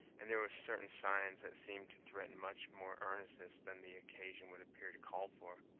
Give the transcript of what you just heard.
and there were certain signs that seemed to threaten much more earnestness than the occasion would appear to call for.